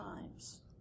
times